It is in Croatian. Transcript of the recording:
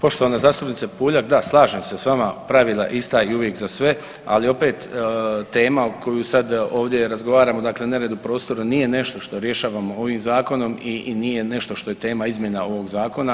Poštovana zastupnice Puljak, da slažem se s vama, pravila ista i uvijek za sve, ali opet tema o kojoj sad ovdje razgovaramo dakle nered u prostoru nije nešto što rješavamo ovim zakonom i nije nešto što je tema izmjena ovog zakona.